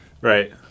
Right